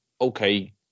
okay